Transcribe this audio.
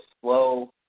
slow